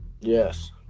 Yes